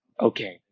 okay